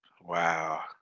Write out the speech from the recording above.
Wow